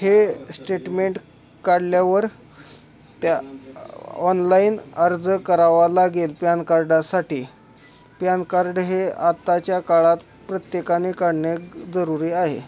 हे श्टेटमेंट काढल्यावर त्या ऑनलाईन अर्ज करावा लागेल प्यान कार्डासाठी प्यान कार्ड हे आत्ताच्या काळात प्रत्येकाने काढणे ग् जरूरी आहे